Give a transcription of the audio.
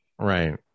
Right